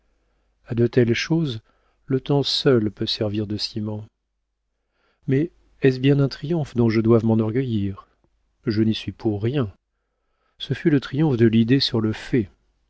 a de telles choses le temps seul peut servir de ciment mais est-ce bien un triomphe dont je doive m'enorgueillir je n'y suis pour rien ce fut le triomphe de l'idée sur le fait